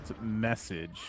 Message